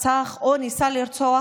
רצח או ניסה לרצוח,